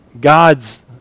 God's